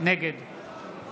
נגד